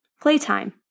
Playtime